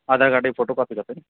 Aadhaar card जी photo copy खपे न